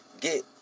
get